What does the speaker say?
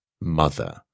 mother